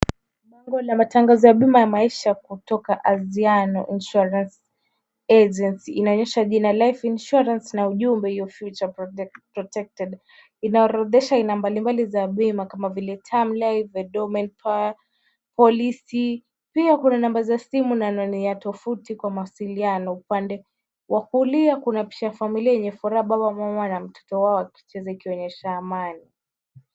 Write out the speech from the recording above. Bango la matangazo ya huduma ya maisha kutoka Aziano Insurance Agency. Inaonyesha jina Life Insurance na ujumbe your future protected . Inorodhesha aina mbalimbali za bima kama vile; term life, endowment policy, . Pia kuna nambari ya simu na anwani ya tuvuti kwa mawasiliano. Upande wa kulia kuna picha ya familia yenye furaha, baba, mama na mtoto wao wakicheza ikionyesha amani.